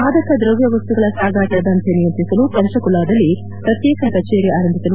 ಮಾದಕ ದ್ರವ್ನ ವಸ್ತುಗಳ ಸಾಗಾಟ ದಂಧೆ ನಿಯಂತ್ರಿಸಲು ಪಂಚಕುಲಾದಲ್ಲಿ ಪ್ರತ್ಯೇಕ ಕಚೇರಿ ಆರಂಭಿಸಲು